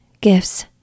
gifts